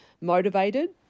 motivated